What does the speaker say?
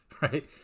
right